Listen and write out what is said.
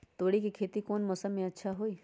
तोड़ी के खेती कौन मौसम में अच्छा होई?